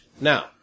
Now